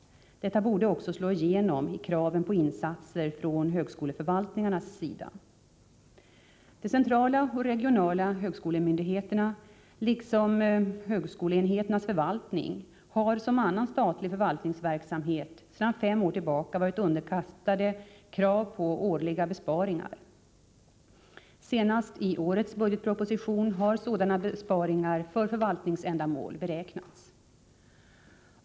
Detta borde också slå igenom i kraven på insatser från högskoleförvaltningarnas sida. De centrala och regionala högskolemyndigheterna, liksom högskoleenheternas förvaltningar, har, som annan statlig förvaltningsverksamhet, sedan fem år tillbaka varit underkastade krav på årliga besparingar. Senast i årets budgetproposition har sådana besparingar för förvaltningsändamål beräknats.